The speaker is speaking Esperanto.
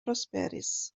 prosperis